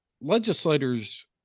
legislators